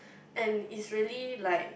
and is really like